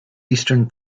eastern